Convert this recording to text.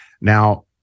Now